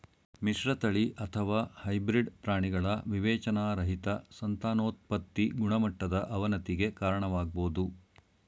ಮಿಶ್ರತಳಿ ಅಥವಾ ಹೈಬ್ರಿಡ್ ಪ್ರಾಣಿಗಳ ವಿವೇಚನಾರಹಿತ ಸಂತಾನೋತ್ಪತಿ ಗುಣಮಟ್ಟದ ಅವನತಿಗೆ ಕಾರಣವಾಗ್ಬೋದು